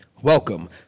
Welcome